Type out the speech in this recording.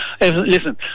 listen